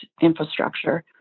infrastructure